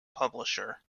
publisher